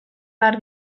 behar